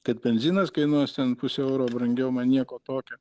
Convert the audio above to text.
kad benzinas kainuos ten pusę euro brangiau man nieko tokio